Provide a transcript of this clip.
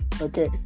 Okay